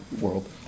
world